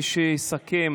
יסכם